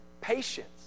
patience